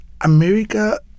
America